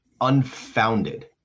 unfounded